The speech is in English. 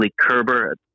Kerber